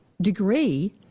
degree